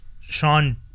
Sean